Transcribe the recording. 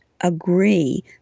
agree